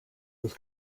was